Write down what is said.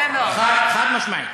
חד-משמעית.